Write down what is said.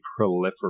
proliferate